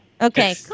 okay